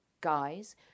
guys